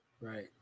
right